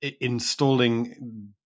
installing